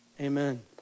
amen